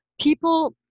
People